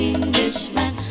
Englishman